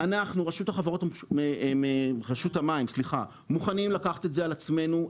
אנחנו רשות החברות המים מוכנים לקחת את זה על עצמנו,